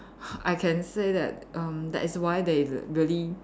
I can say that erm that is why they really